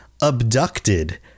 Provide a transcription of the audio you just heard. abducted